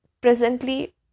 presently